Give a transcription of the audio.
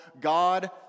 God